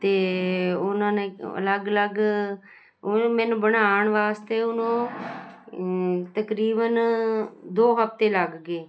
ਅਤੇ ਉਨ੍ਹਾਂ ਨੇ ਅਲੱਗ ਅਲੱਗ ਮੈਨੂੰ ਬਣਾਉਣ ਵਾਸਤੇ ਉਹਨੂੰ ਤਕਰੀਬਨ ਦੋ ਹਫਤੇ ਲੱਗ ਗਏ